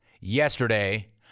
yesterday